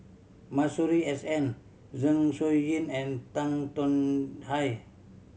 Masuri S N Zeng Shouyin and Tan Tong Hye